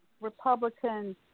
Republican